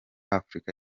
afurika